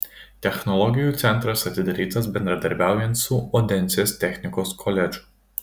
technologijų centras atidarytas bendradarbiaujant su odensės technikos koledžu